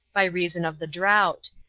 by reason of the drought.